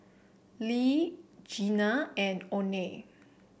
Le Jeanna and Oney